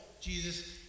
Jesus